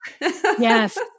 yes